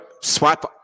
swipe